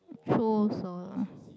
full also ah